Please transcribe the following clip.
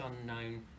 unknown